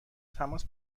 تماس